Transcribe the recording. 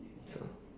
so